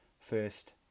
first